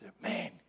Man